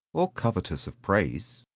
or covetous of praise.